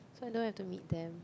so I don't have to meet them